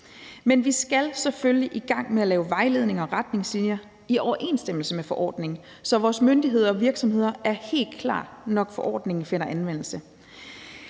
men vi skal selvfølgelig i gang med at lave vejledninger og retningslinjer i overensstemmelse med forordningen, så vores myndigheder og virksomheder er helt klar, når forordningen finder anvendelse.